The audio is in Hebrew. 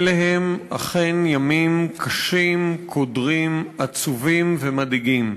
אלה הם אכן ימים קשים, קודרים, עצובים ומדאיגים.